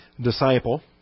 disciple